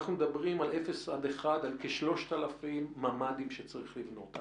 אנחנו מדברים באפס עד אחד קילומטר על כ-3,000 ממ"דים שצריך לבנות.